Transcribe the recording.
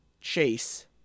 chase